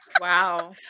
wow